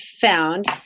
found